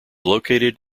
located